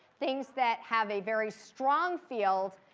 things that have a very strong field.